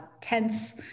tense